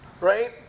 Right